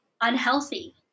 unhealthy